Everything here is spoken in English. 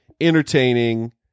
entertaining